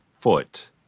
foot